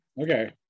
Okay